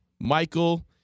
Michael